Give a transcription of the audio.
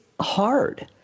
hard